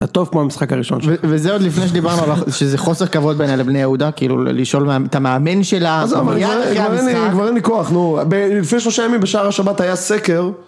אתה טוב כמו המשחק הראשון שלך וזה עוד לפני שדיברנו, שזה חוסר כבוד בעיניי לבני יהודה, כאילו לשאול את המאמן שלה, עזוב, כבר אין לי כח נו, לפני שלושה ימים בשער השבת היה סקר.